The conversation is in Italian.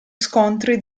scontri